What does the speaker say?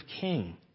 king